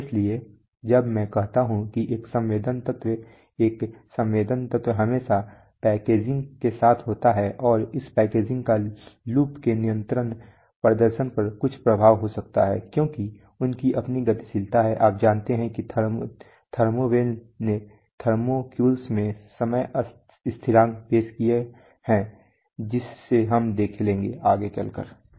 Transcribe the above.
इसलिए जब मैं कहता हूं कि एक संवेदन तत्व एक संवेदन तत्व हमेशा पैकेजिंग के साथ आता है और इस पैकेजिंग का लूप के नियंत्रण प्रदर्शन पर कुछ प्रभाव हो सकता है क्योंकि उनकी अपनी गतिशीलता है आप जानते हैं कि थर्मो वेल ने थर्मोक्यूल्स में समय स्थिरांक पेश किए हैं जिसे हम आगे चल कर देख लेंगे